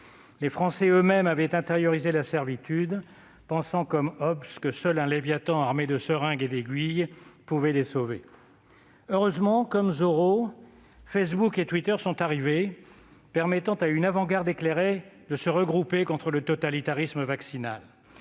Les Français eux-mêmes avaient intériorisé la servitude, pensant, comme Hobbes, que seul un Léviathan armé de seringues et d'aiguilles pouvait les sauver. Heureusement, comme Zorro, Facebook et Twitter sont arrivés, permettant à une avant-garde éclairée de se regrouper contre le totalitarisme vaccinal.